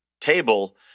table